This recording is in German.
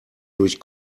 durch